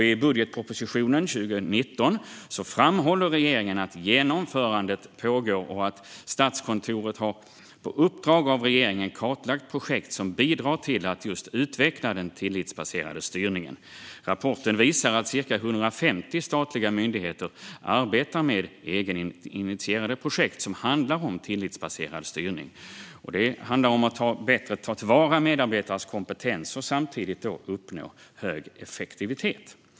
I budgetpropositionen för 2019 framhåller regeringen att genomförandet pågår och att Statskontoret på uppdrag av regeringen har kartlagt projekt som bidrar till att utveckla den tillitsbaserade styrningen. Rapporten visar att ca 150 statliga myndigheter arbetar med egeninitierade projekt som rör tillitsbaserad styrning. Det handlar om att bättre ta till vara medarbetares kompetens och samtidigt uppnå hög effektivitet.